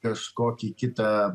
kažkokį kitą